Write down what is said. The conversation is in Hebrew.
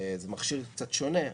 זה מכשיר קצת שונה,